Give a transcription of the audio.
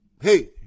Hey